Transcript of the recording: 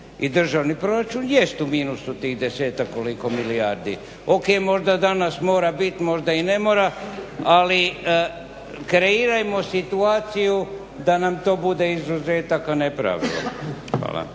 i državni proračun jest u minusu tih 10-ak, koliko milijardi. Ok, možda danas mora biti, možda i ne mora ali kreirajmo situaciju da nam to bude izuzetak, a ne pravilo. Hvala.